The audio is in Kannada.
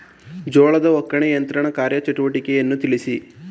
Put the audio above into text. ಜೋಳದ ಒಕ್ಕಣೆ ಯಂತ್ರದ ಕಾರ್ಯ ಚಟುವಟಿಕೆಯನ್ನು ತಿಳಿಸಿ?